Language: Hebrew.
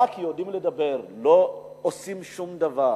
רק יודעת לדבר, לא עושה שום דבר.